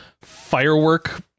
firework